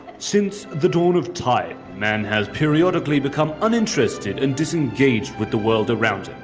since the dawn of time, man has periodically become uninterested and disengaged with the world around him.